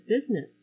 business